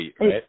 right